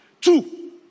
Two